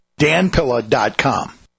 danpilla.com